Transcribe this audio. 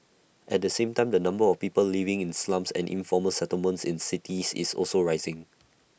at the same time the number of people living in slums and informal settlements in cities is also rising